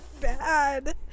Bad